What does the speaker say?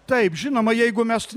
taip žinoma jeigu mes